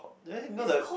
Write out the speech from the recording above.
there know the